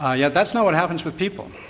ah yet that's not what happens with people.